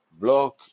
block